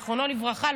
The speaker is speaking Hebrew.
זיכרונו לברכה,